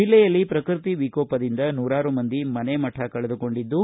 ಜಿಲ್ಲೆಯಲ್ಲಿ ಪ್ರಕೃತಿ ವಿಕೋಪದಿಂದ ನೂರಾರು ಮಂದಿ ಮನೆ ಮಠ ಕಳೆದುಕೊಂಡಿದ್ದು